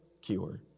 cure